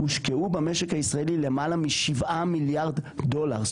הושקעו במשק הישראלי למעלה מ-7 מיליארד דולר,